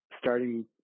starting